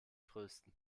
trösten